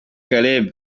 caleb